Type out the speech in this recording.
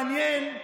מעניין,